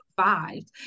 survived